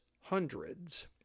hundreds